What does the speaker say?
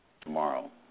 tomorrow